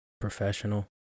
professional